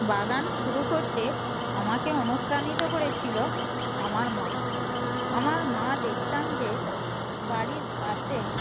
বাগান শুরু করতে আমাকে অনুপ্রাণিত করেছিলো আমার মা আমার মা দেখতাম যে বাড়ির পাশে